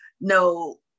no